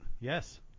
yes